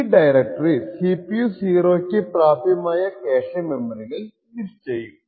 ഈ directory CPU 0 ക്ക് പ്രാപ്യമായ ക്യാഷെ മെമ്മറികൾ ലിസ്റ്റ് ചെയ്യും